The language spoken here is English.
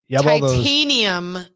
Titanium